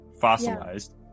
Fossilized